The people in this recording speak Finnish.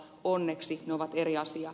onneksi ne ovat eri asia